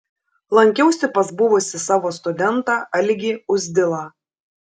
lankiausi pas buvusį savo studentą algį uzdilą